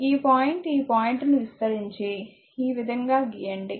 ఈ పాయింట్ ఈ పాయింట్ను విస్తరించి ఈ విధంగా గీయండి